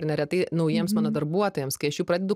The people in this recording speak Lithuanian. tai neretai naujiems mano darbuotojams kai aš jau pradedu